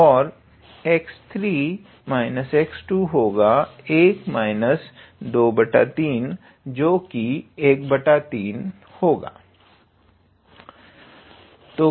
और 𝑥3 − 𝑥2 होगा 1 23 जो कि 13 होगा